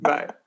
Bye